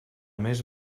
més